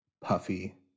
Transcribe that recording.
Puffy